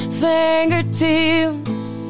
fingertips